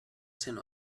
cent